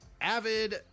avid